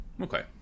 okay